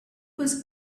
was